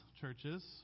churches